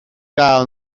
gael